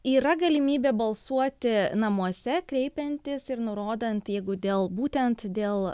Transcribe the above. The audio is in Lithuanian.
yra galimybė balsuoti namuose kreipiantis ir nurodant jeigu dėl būtent dėl